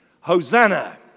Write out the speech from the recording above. Hosanna